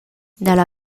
dalla